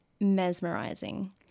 mesmerizing